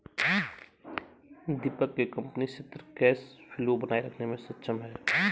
दीपक के कंपनी सिथिर cash flow बनाए रखने मे सक्षम है